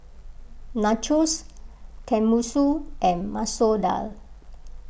Nachos Tenmusu and Masoor Dal